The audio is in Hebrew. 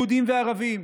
יהודים וערבים,